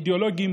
אידיאולוגיים,